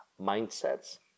mindsets